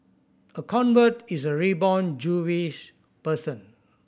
a convert is a reborn Jewish person